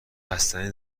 بستنی